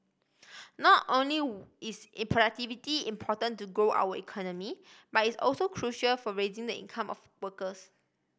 not only is E productivity important to grow our economy but it's also crucial for raising the income of workers